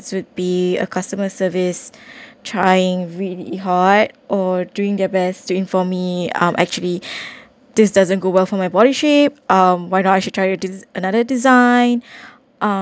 would be a customer service trying really hard or doing their best to inform me um actually this doesn't go well for my body shape um why not I should try to another design um